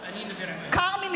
כרמי,